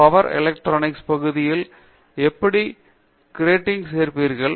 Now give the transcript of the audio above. power electronics பகுதியில் எப்படி க்ரிட்டில் சேர்ப்பீர்கள்